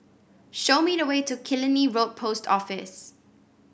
show me the way to Killiney Road Post Office